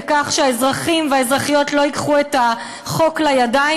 שהאזרחים והאזרחיות לא ייקחו את החוק לידיים,